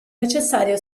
necessario